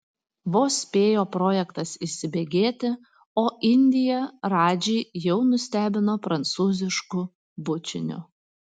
vos spėjo projektas įsibėgėti o indija radžį jau nustebino prancūzišku bučiniu